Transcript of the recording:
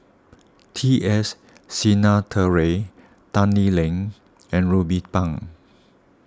T S Sinnathuray Tan Lee Leng and Ruben Pang